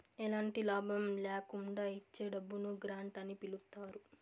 ఎలాంటి లాభం ల్యాకుండా ఇచ్చే డబ్బును గ్రాంట్ అని పిలుత్తారు